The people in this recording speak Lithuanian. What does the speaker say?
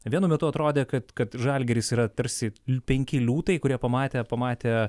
vienu metu atrodė kad kad žalgiris yra tarsi penki liūtai kurie pamatę pamatę